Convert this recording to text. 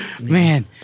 man